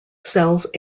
sells